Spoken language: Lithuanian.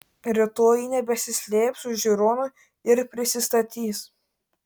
rytoj ji nebesislėps už žiūronų ir prisistatys